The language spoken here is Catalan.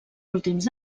últims